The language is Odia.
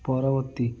ପରବର୍ତ୍ତୀ